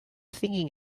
thinking